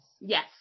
yes